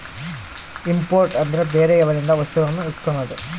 import ಅಂದ್ರೆ ಬೇರೆಯವರಿಂದ ವಸ್ತುಗಳನ್ನು ಇಸ್ಕನದು